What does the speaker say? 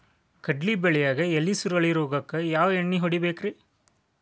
ಕಡ್ಲಿ ಬೆಳಿಯಾಗ ಎಲಿ ಸುರುಳಿ ರೋಗಕ್ಕ ಯಾವ ಎಣ್ಣಿ ಹೊಡಿಬೇಕ್ರೇ?